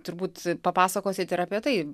turbūt papasakosit ir apie tai